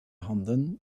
handen